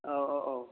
औ औ औ